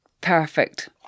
perfect